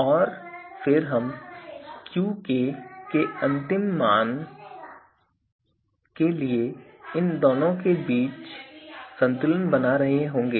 और फिर हम Qk के अंतिम माप में इन दोनों के बीच संतुलन बना रहे होंगे